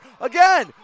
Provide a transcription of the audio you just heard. again